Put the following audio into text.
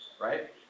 Right